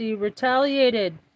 retaliated